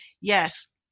yes